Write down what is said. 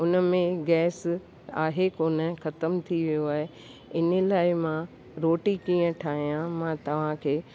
उन में गैस आहे कोन ख़तम थी वियो आहे इन लाइ मां रोटी कीअं ठाहियां मां तव्हांखे